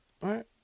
right